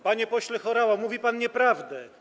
Panie pośle Horała, mówi pan nieprawdę.